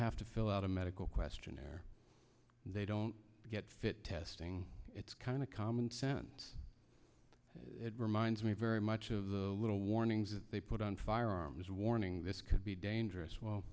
have to fill out a medical questionnaire they don't get fit testing it's kind of common sense it reminds me very much of the little warnings that they put on firearms warning this could be dangerous well